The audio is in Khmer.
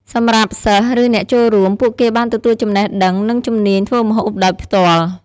សម្រាប់ សិស្ស ឬអ្នកចូលរួម ពួកគេបានទទួលចំណេះដឹងនិងជំនាញធ្វើម្ហូបដោយផ្ទាល់។